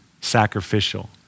sacrificial